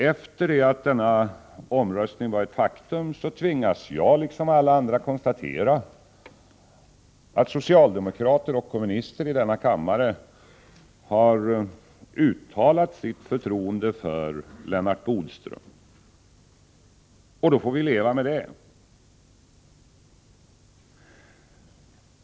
Efter det att denna omröstning var ett faktum tvingades jag och alla andra konstatera att socialdemokrater och kommunister i denna kammare uttalat sitt förtroende för Lennart Bodström. Det får vi leva med.